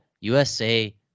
USA